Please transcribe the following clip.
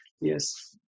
yes